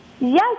Yes